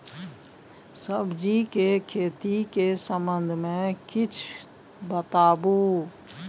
सब्जी के खेती के संबंध मे किछ बताबू?